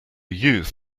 youth